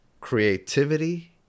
creativity